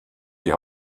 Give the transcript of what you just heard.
die